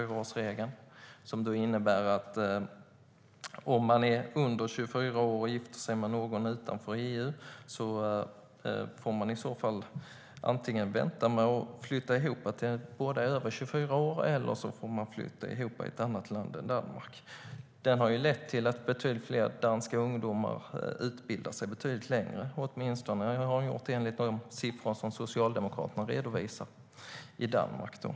Regeln innebär att om man är under 24 år och gifter sig med någon utanför EU får man antingen vänta med att flytta ihop tills båda är över 24 år eller flytta ihop i ett annat land än Danmark. Den har lett till att betydligt fler danska ungdomar utbildar sig längre. Åtminstone har den gjort det enligt de siffror som Socialdemokraterna i Danmark redovisar.